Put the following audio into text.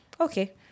Okay